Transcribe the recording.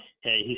Hey